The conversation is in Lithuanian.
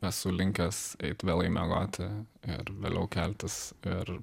esu linkęs eit vėlai miegoti ir vėliau keltis ir